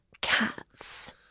cats